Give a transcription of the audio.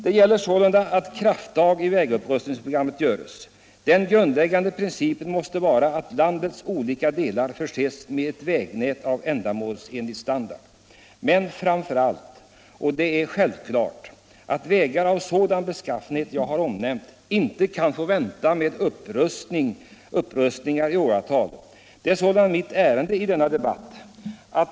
Det gäller sålunda att krafttag i vägupprustningsprogrammet görs. Den grundläggande principen måste vara att landets olika delar förses med ett vägnät av ändamålsenlig standard, men framför allt — och det är självklart — att vägar av sådan beskaffenhet som jag har omnämnt inte kan få vänta med upprustningar i åratal. Detta är sålunda mitt ärende i denna debatt.